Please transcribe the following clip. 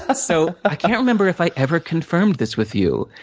ah so, i can't remember if i ever confirmed this with you.